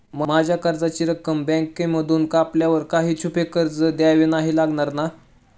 माझ्या कर्जाची रक्कम बँकेमधून कापल्यावर काही छुपे खर्च द्यावे नाही लागणार ना?